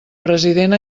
president